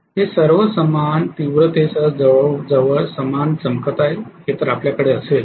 हे सर्व समान तीव्रतेसह जवळजवळ समान चमकत आहेत हे तर आपल्याकडे असेल